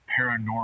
paranormal